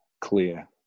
clear